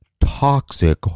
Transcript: toxic